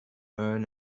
earn